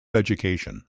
education